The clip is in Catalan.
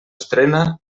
estrena